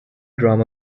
drama